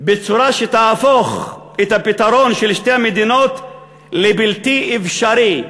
בצורה שתהפוך את הפתרון של שתי המדינות לבלתי אפשרי.